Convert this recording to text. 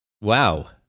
Wow